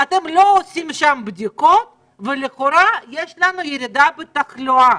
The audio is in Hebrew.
אתם לא עושים שם בדיקות ולכאורה יש לנו ירידה בתחלואה.